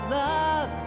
love